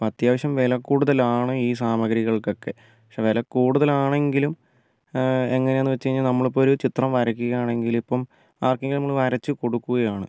ഇപ്പം അത്യാവശ്യം വിലക്കൂടുതലാണ് ഈ സാമഗ്രികൾക്ക് ഒക്കെ പക്ഷേ വിലക്കൂടുതൽ ആണെങ്കിലും എങ്ങനെയാണ് എന്ന് വെച്ചുകഴിഞ്ഞാൽ നമ്മൾ ഇപ്പോൾ ഒരു ചിത്രം വരയ്ക്കുകയാണെങ്കിൽ ഇപ്പം ആർക്കെങ്കിലും നമ്മൾ വരച്ചു കൊടുക്കുകയാണ്